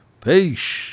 Peace